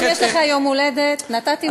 היום יש לך יום הולדת, נתתי מעל ומעבר.